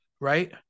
right